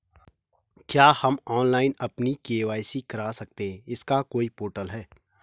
क्या हम ऑनलाइन अपनी के.वाई.सी करा सकते हैं इसका कोई पोर्टल है?